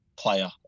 player